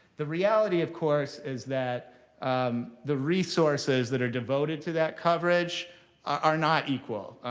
the reality, of course, is that um the resources that are devoted to that coverage are not equal.